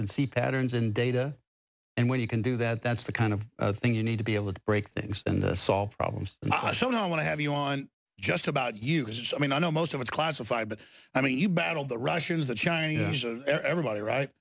and see patterns in data and when you can do that that's the kind of thing you need to be able to break things and solve problems so no i want to have you on just about use it i mean i know most of it's classified but i mean you battled the russians the chinese everybody right